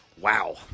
Wow